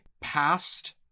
past